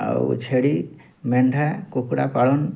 ଆଉ ଛେଳି ମେଣ୍ଢା କୁକୁଡ଼ା ପାଳନ